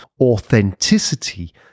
authenticity